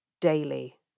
daily